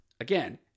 Again